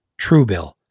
Truebill